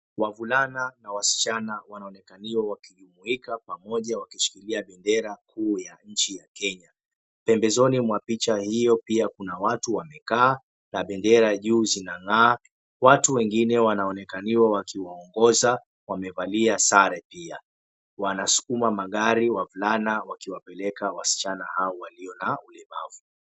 Wavulana na wasichana wanaonekaniwa wakijumuika pamoja wakishuhudia bendera kuu ya nchi ya Kenya. Pembezoni mwa picha hio pia kuna watu wamekaa na bendera juu zinang'aa. Watu wengine wanaonekaniwa wakiwaongoza wamevalia sare pia. Wanasukuma magari wavulana wakiwapeleka wasichana hao walio na ulemavu.